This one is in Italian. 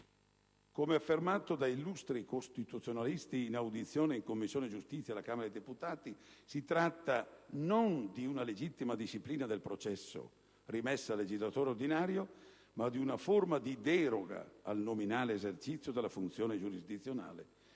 Come affermato da illustri costituzionalisti in audizione in Commissione giustizia alla Camera dei deputati, si tratta «non di una legittima disciplina del processo, rimessa al legislatore ordinario, ma di una forma di deroga al normale esercizio della funzione giurisdizionale,